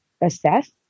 assess